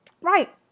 right